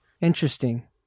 interesting